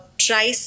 Try